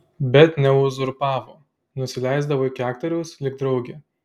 bet neuzurpavo nusileisdavo iki aktoriaus lyg draugė